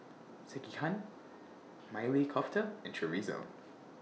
Sekihan Maili Kofta and Chorizo